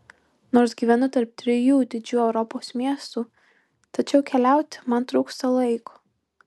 nors gyvenu tarp trijų didžių europos miestų tačiau keliauti man trūksta laiko